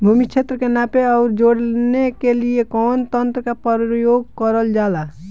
भूमि क्षेत्र के नापे आउर जोड़ने के लिए कवन तंत्र का प्रयोग करल जा ला?